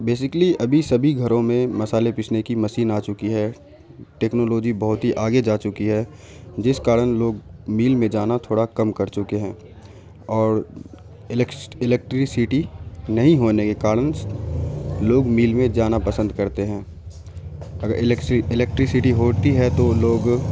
basically ابھی سبھی گھروں میں مصحالے پیسنے کی مشین آ چکی ہے ٹیکنالوجی بہت ہی آگے جا چکی ہے جس کارن لوگ میل میں جانا تھوڑا کم کر چکے ہیں اور الیکٹریسٹی نہیں ہونے کے کارن س لوگ میل میں جانا پسند کرتے ہیں اگر الیکٹریسٹی ہوتی ہے تو لوگ